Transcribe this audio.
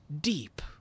deep